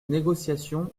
négociations